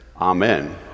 Amen